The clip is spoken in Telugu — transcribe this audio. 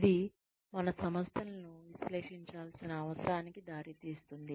ఇది మన సంస్థలను విశ్లేషించాల్సిన అవసరానికి దారితీస్తుంది